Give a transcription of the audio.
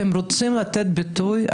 אתם רוצים לתת ביטוי?